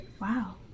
wow